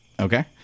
okay